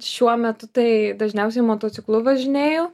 šiuo metu tai dažniausiai motociklu važinėju